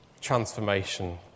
transformation